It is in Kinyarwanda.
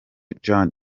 johnny